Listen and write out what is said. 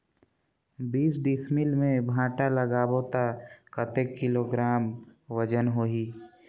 बीस डिसमिल मे भांटा लगाबो ता कतेक किलोग्राम वजन होही?